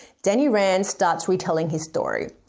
danny rand, starts retelling his story,